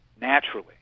naturally